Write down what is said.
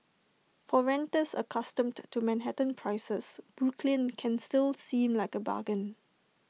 for renters accustomed to Manhattan prices Brooklyn can still seem like A bargain